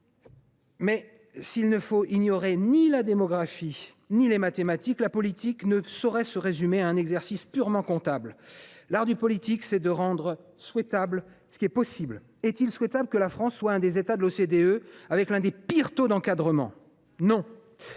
s’il ne faut ignorer ni la démographie ni les mathématiques, la politique ne saurait se résumer à un exercice purement comptable. L’art du politique est de rendre souhaitable ce qui est possible. Est il souhaitable que la France soit l’un des États de l’OCDE avec l’un des pires taux d’encadrement ? Non.